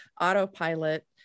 autopilot